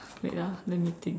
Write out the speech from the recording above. wait ah let me think